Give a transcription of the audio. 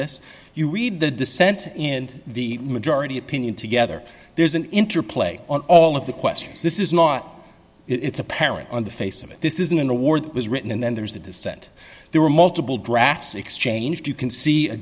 this you read the dissent and the majority opinion together there's an interplay on all of the questions this is not it's apparent on the face of it this is an award that was written and then there's the dissent there were multiple drafts exchanged you can see a